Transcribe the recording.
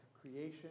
creation